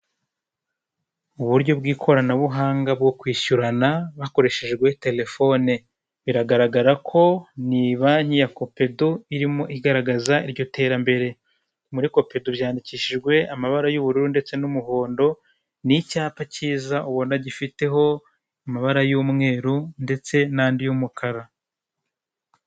Akayetajeri karimo ikinyobwa kiza gikorwa mu bikomoka ku mata, gifite icupa ribengerana rifite umufuniko w'umweru. Hejuru gato harimo n'ibindi binyobwa bitari kugaragara neza.